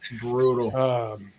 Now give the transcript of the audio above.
brutal